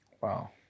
wow